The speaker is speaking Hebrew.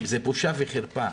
זאת בושה וחרפה